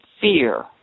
Fear